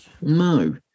No